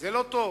זה לא טוב.